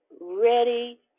ready